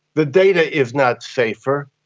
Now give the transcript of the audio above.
the data is not safer,